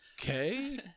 okay